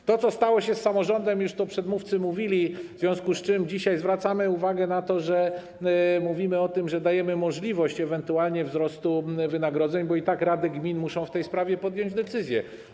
O tym, co stało się z samorządem, przedmówcy już tu mówili, w związku z czym dzisiaj zwracamy uwagę na to, mówimy o tym, że dajemy możliwość ewentualnie wzrostu wynagrodzeń, bo i tak rady gmin muszą w tej sprawie podjąć decyzję.